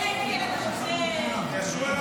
אני מוכרח